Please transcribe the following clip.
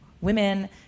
women